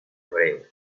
abreu